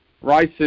rice